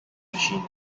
machines